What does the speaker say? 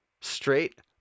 Straight